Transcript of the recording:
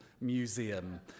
museum